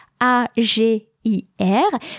A-G-I-R